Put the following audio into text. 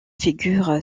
figurent